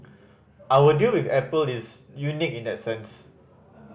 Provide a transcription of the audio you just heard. our deal with Apple is unique in that sense